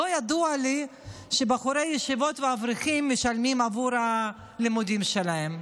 לא ידוע לי שבחורי ישיבות ואברכים משלמים עבור הלימודים שלהם.